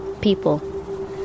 people